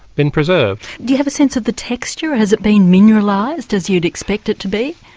been preserved. do you have a sense of the texture, has it been mineralised as you'd expect it to be?